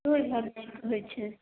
ओहि घरमे किछु होइ छै